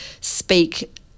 speak